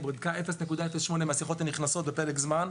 היא בדקה 0.08% מהשיחות הנכנסות בפרק זמן,